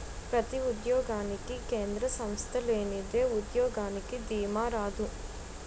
ప్రతి ఉద్యోగానికి కేంద్ర సంస్థ లేనిదే ఉద్యోగానికి దీమా రాదు